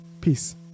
Peace